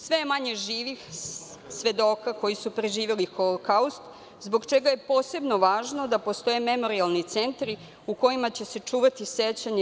Sve je manje živih svedoka koji su preživeli Holokaust, zbog čega je posebno važno da postoje memorijalni centri u kojima će se čuvati sećanje.